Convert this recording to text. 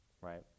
right